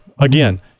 again